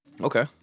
Okay